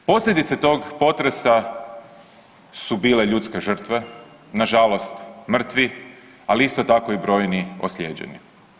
Posljedice tog potresa su bile ljudske žrtve, nažalost mrtvi, ali isto tako i brojni ozlijeđeni.